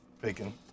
Bacon